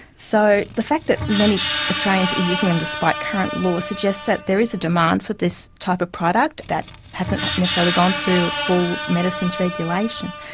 so the fact that many australians are using them despite current law suggests that there is a demand for this type of product that hasn't necessarily gone through full medicines regulation.